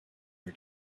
her